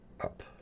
up